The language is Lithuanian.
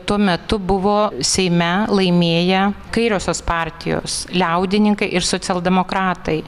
tuo metu buvo seime laimėję kairiosios partijos liaudininkai ir socialdemokratai